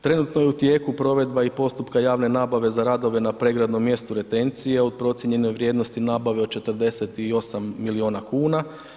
Trenutno je u tijeku provedba i postupka javne nabave za radove na pregradnom mjestu retencije o procijenjenoj vrijednosti nabave od 48 miliona kuna.